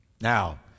Now